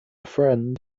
friend